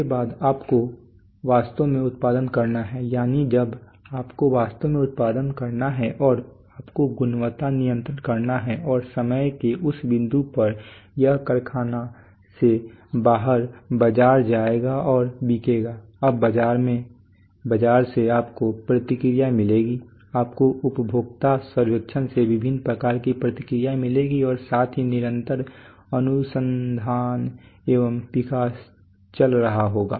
उसके बाद आपको वास्तव में उत्पादन करना है यानी जब आपको वास्तव में उत्पादन करना है और आपको गुणवत्ता नियंत्रण करना है और समय के इस बिंदु पर यह कारखाने से बाहर बाजार जाएगा और बिकेगा अब बाजार में बाज़ार से आपको प्रतिक्रिया मिलेगी आपको उपभोक्ता सर्वेक्षण से विभिन्न प्रकार की प्रतिक्रिया मिलेगी और साथ ही निरंतर अनुसंधान एवं विकास चल रहा होगा